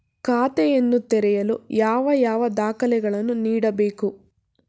ಖಾತೆಯನ್ನು ತೆರೆಯಲು ಯಾವ ಯಾವ ದಾಖಲೆಗಳನ್ನು ನೀಡಬೇಕು?